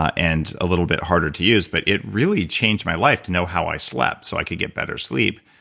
and a little bit harder to use, but it really changed my life to know how i slept so i could get better sleep.